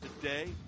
today